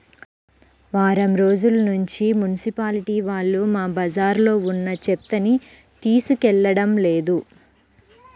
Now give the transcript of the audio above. వారం రోజుల్నుంచి మున్సిపాలిటీ వాళ్ళు మా బజార్లో ఉన్న చెత్తని తీసుకెళ్లడం లేదు